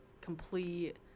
complete